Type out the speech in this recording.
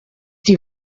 die